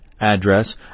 address